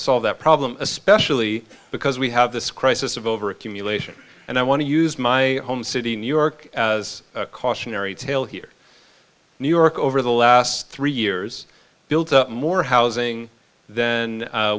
solve that problem especially because we have this crisis of over accumulation and i want to use my home city new york as a cautionary tale here new york over the last three years built up more housing then